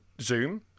Zoom